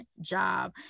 job